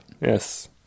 Yes